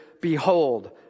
Behold